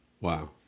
Wow